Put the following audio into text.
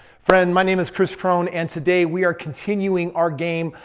friend, my name is kris krohn and today we are continuing our game.